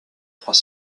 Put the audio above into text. trois